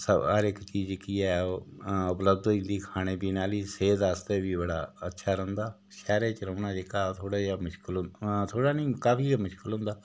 सब हर इक चीज जेह्की ऐ ओह् उपलब्ध होई जन्दी खाने पीने आह्ली सेह्त आस्तै बी बड़ा अच्छा रौंह्दा शैह्रै च रौह्ना जेह्का थोह्ड़ा जेहा मुश्किल होंदा रौह्ने थोह्ड़ा नी बड़ा काफी ऐ मुश्किल होंदा